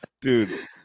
dude